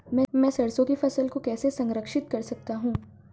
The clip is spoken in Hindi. मैं सरसों की फसल को कैसे संरक्षित कर सकता हूँ?